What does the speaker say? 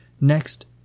Next